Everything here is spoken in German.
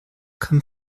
kein